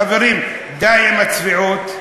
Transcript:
חברים, די עם הצביעות.